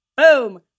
boom